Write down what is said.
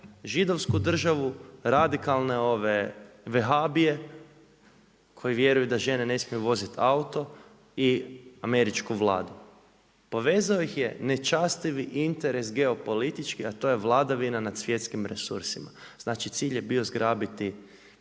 Židovsku državu, radikalne vehabije, koji vjeruju da žene ne smiju voziti auto, i američku vladu. Povezao ih je nečastivi interes geopolitički a to je vladavina nad svjetskim resursima. Znači cilj je bio zgrabiti